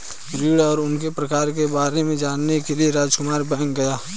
ऋण और उनके प्रकार के बारे में जानने के लिए रामकुमार बैंक गया